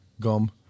gum